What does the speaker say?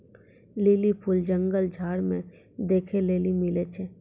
lily फूल जंगल झाड़ मे देखै ले मिलै छै